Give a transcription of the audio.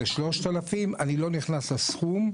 זה 3,000. אני לא נכנס לסכום,